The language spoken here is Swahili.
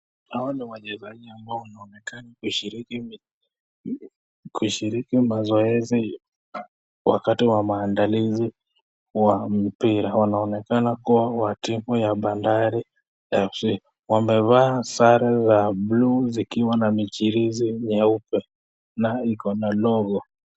Hawa ni wachezaji ambao wameonekana kushiriki mazoezi wakati wa maandalizi wa mpira wanaonekana kuwa wa timu ya Bandari Fc wamevaa sare za bluu zikiwa na michirizi nyeupe na iko na logo.